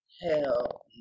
Hell